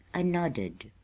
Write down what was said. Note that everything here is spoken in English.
i nodded.